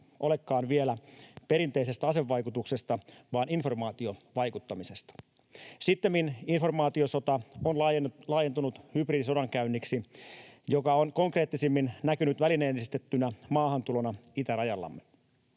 olekaan vielä perinteisestä asevaikutuksesta vaan informaatiovaikuttamisesta. Sittemmin informaatiosota on laajentunut hybridisodankäynniksi, joka on konkreettisimmin näkynyt välineellistettynä maahantulona itärajallamme.